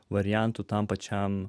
variantų tam pačiam